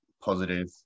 positive